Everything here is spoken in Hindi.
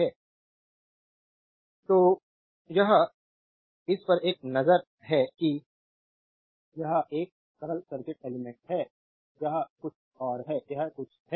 स्लाइड टाइम देखें 0932 तो यह इस पर एक नज़र है यह एक सरल सर्किट एलिमेंट्स है यह कुछ है यह कुछ है